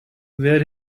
where